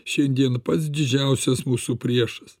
šiandien pats didžiausias mūsų priešas